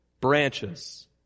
branches